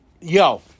yo